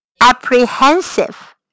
apprehensive